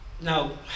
Now